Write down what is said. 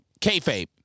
Kayfabe